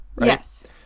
yes